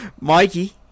Mikey